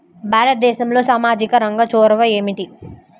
భారతదేశంలో సామాజిక రంగ చొరవ ఏమిటి?